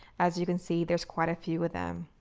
as you can see, there's quite a few of them.